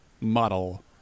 model